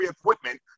equipment